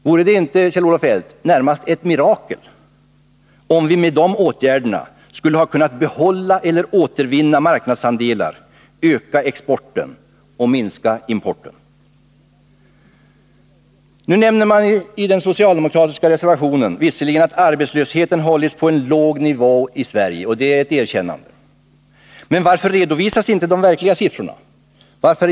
Vore det inte, Kjell-Olof Feldt, närmast ett mirakel om vi med de åtgärderna skulle ha kunnat behålla eller återvinna marknadsandelar, öka exporten och minska importen? Nu nämner man visserligen i den socialdemokratiska motionen att arbetslösheten hållits på en låg nivå i Sverige, och det är ett erkännande. Men 4 Riksdagens protokoll 1980/81:161-162 varför redovisas inte de verkliga siffrorna?